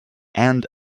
end